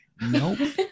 Nope